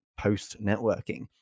post-networking